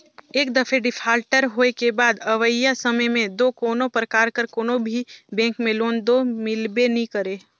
एक दफे डिफाल्टर होए के बाद अवइया समे में दो कोनो परकार कर कोनो भी बेंक में लोन दो मिलबे नी करे